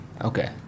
Okay